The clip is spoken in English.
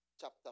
chapter